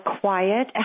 quiet